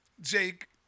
Jake